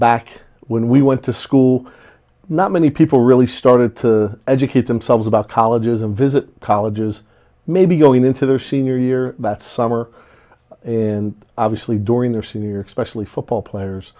back when we went to school not many people really started to educate themselves about colleges and visit colleges maybe going into their senior year summer and obviously during their senior specially football players